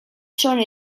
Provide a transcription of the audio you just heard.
son